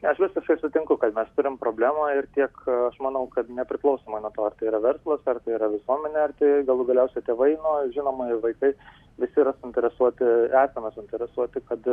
aš visiškai sutinku kad mes turim problemą ir tiek aš manau kad nepriklausomai nuo to ar tai yra verslo ekspertai yra visuomenė ar tai galų galiausiai tėvai nu žinoma ir vaikai visi yra suinteresuoti ir esame suinteresuoti kad